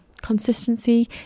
consistency